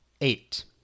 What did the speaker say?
eight